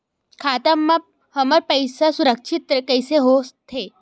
खाता मा हमर पईसा सुरक्षित कइसे हो थे?